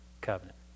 covenant